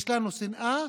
יש לנו שנאה,